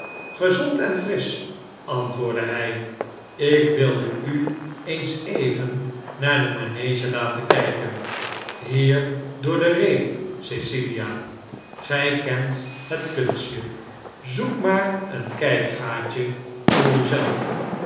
gezond en frisch antwoordde hij ik wilde u eens even naar de manege laten kijken hier door de reet cecilia gij kent het kunstje zoek maar een kijkgaatje voor u zelf